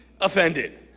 offended